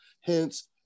Hence